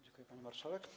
Dziękuję, pani marszałek.